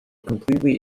completely